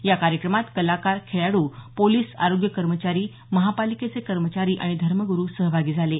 या कार्यक्रमात कलाकार खेळाडू पोलीस आरोग्य कर्मचारी महापालिकेचे कर्मचारी आणि धर्मग्रु सहभागी झाले आहेत